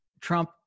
Trump